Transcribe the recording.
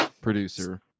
producer